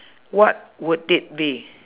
what would it be